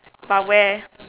but where